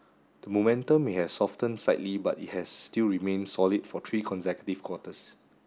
the momentum may have softened slightly but it has still remained solid for three consecutive quarters